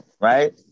Right